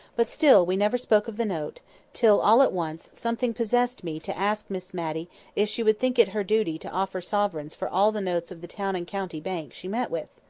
but still we never spoke of the note till, all at once, something possessed me to ask miss matty if she would think it her duty to offer sovereigns for all the notes of the town and county bank she met with?